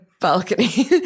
balcony